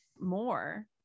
more